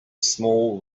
small